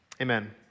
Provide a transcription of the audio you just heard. Amen